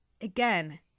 Again